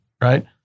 Right